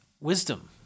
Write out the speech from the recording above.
wisdom